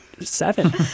seven